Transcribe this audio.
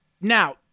now